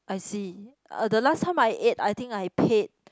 I see uh the last time I ate I think I paid